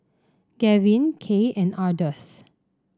Gavyn Kaye and Ardeth